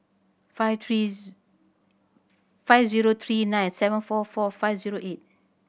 five three five zero three nine seven four four five zero eight